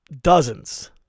dozens